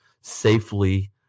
safely